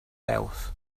veus